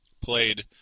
played